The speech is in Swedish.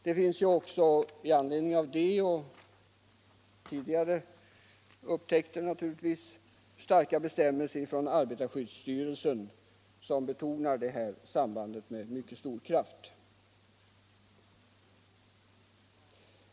Med anledning härav och naturligtvis också på grund av tidigare upptäckter har arbetarskyddsstyrelsen utfärdat bestämmelser, där man betonar detta samband med mycket stor kraft.